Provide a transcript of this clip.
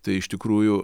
tai iš tikrųjų